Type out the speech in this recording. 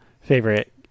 favorite